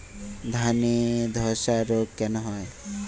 ধানে ধসা রোগ কেন হয়?